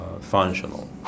functional